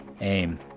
aim